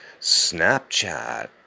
Snapchat